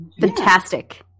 Fantastic